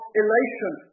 elation